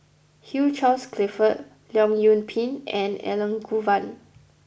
Hugh Charles Clifford Leong Yoon Pin and Elangovan